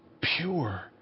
pure